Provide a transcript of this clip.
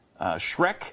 Shrek